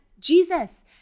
Jesus